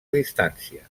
distància